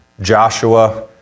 Joshua